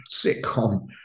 sitcom